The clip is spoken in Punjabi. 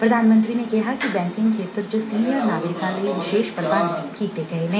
ਪ੍ਧਾਨ ਮੰਤਰੀ ਨੇ ਕਿਹਾ ਕਿ ਬੈ ਕਿੰਗ ਖੇਤਰ ਚ ਸੀਨੀਅਰ ਨਾਗਰਿਕਾਂ ਲਈ ਵਿਸ਼ੇਸ਼ ਪੁਬੰਧ ਕੀਤੇ ਗਏ ਨੇ